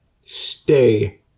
stay